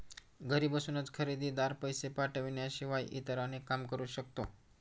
घरी बसूनच खरेदीदार, पैसे पाठवण्याशिवाय इतर अनेक काम करू शकतो